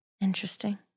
Interesting